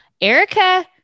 Erica